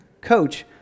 coach